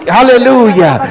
Hallelujah